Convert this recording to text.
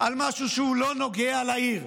על משהו שלא נוגע לעיר.